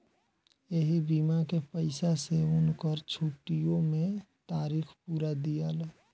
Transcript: ऐही बीमा के पईसा से उनकर छुट्टीओ मे तारीख पुरा दियाला